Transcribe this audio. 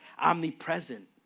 omnipresent